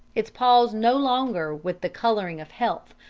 its paws no longer with the colouring of health,